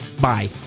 bye